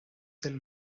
del